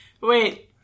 wait